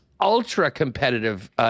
ultra-competitive